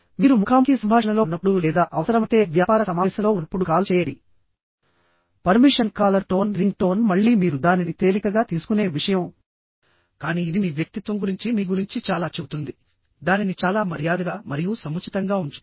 మీరు ముఖాముఖి సంభాషణలో ఉన్నప్పుడు లేదా అవసరమైతే వ్యాపార సమావేశంలో ఉన్నప్పుడు కాల్ చేయండి permission caller tone ring tone మళ్ళీ మీరు దానిని తేలికగా తీసుకునే విషయం కానీ ఇది మీ వ్యక్తిత్వం గురించి మీ గురించి చాలా చెబుతుంది దానిని చాలా మర్యాదగా మరియు సముచితంగా ఉంచుతుంది